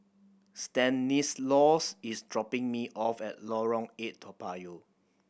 Stanislaus is dropping me off at Lorong Eight Toa Payoh